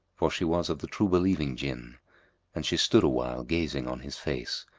for she was of the true-believing jinn and she stood awhile gazing on his face,